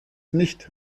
nicht